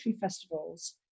festivals